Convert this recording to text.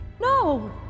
No